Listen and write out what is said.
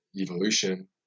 evolution